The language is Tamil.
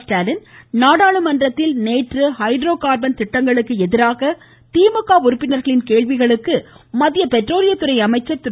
ஸ்டாலின் நாடாளுமன்றத்தில் நேற்று ஹைட்ரோ கார்பன் திட்டங்களுக்கு எதிராக திமுக உறுப்பினர்களின் கேள்விகளுக்கு மத்திய பெட்ரோலியத்துறை அமைச்சர் திரு